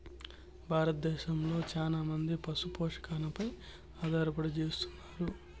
భారతదేశంలో చానా మంది పశు పోషణపై ఆధారపడి జీవిస్తన్నారు